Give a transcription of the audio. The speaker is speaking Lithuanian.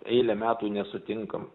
eilę metų nesutinkam